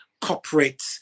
corporate